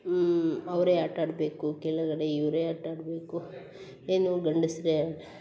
ಅವರೇ ಆಟಾಡಬೇಕು ಕೆಳಗಡೆ ಇವರೇ ಆಟಾಡಬೇಕು ಏನು ಗಂಡಸರೇ